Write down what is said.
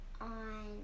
on